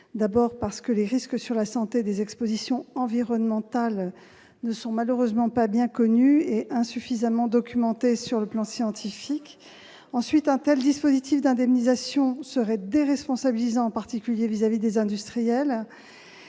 D'abord, les risques sur la santé des expositions environnementales ne sont malheureusement pas bien connus et sont insuffisamment documentés sur le plan scientifique. Ensuite, un tel dispositif d'indemnisation serait déresponsabilisant, en particulier à l'égard des industriels.